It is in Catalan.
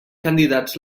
candidats